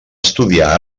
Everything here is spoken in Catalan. estudiar